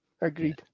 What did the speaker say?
Agreed